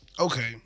okay